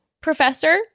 Professor